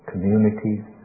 communities